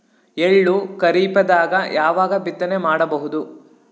ಎಳ್ಳು ಖರೀಪದಾಗ ಯಾವಗ ಬಿತ್ತನೆ ಮಾಡಬಹುದು?